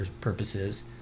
purposes